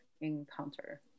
encounter